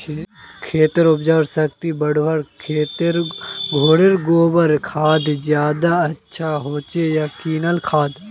खेतेर उपजाऊ शक्ति बढ़वार केते घोरेर गबर खाद ज्यादा अच्छा होचे या किना खाद?